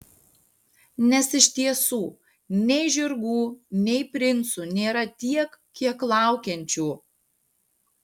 nes iš tiesų nei žirgų nei princų nėra tiek kiek laukiančių